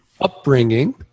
upbringing